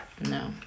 No